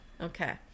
Okay